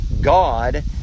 God